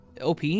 OP